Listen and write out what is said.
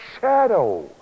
shadow